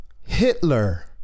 Hitler